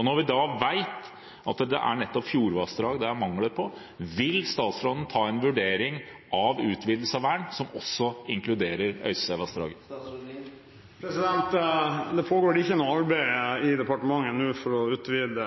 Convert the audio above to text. Når vi vet at det er nettopp fjordvassdrag som mangler i verneplanen, vil statsråden gjøre en vurdering av utvidelse av vern som også inkluderer Øystesevassdraget? Det foregår ikke noe arbeid i departementet nå for å utvide